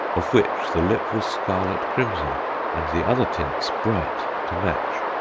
of which the lip was scarlet-crimson and the other tints bright to match.